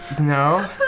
No